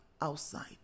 outside